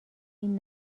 این